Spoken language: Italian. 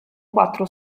quattro